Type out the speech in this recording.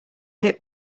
hit